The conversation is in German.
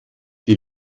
die